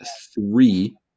three